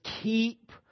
keep